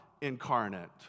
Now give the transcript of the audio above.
incarnate